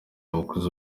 abakozi